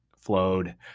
flowed